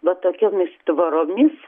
va tokiomis tvoromis